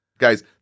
Guys